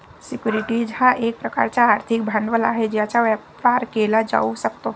securities हा एक प्रकारचा आर्थिक भांडवल आहे ज्याचा व्यापार केला जाऊ शकतो